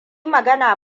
magana